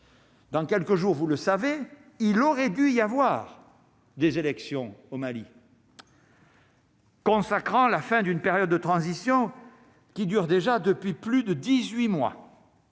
dans quelques jours, vous le savez, il aurait dû y avoir. Des élections au Mali. Consacrant la fin d'une période de transition qui dure déjà depuis plus de 18 mois,